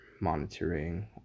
monitoring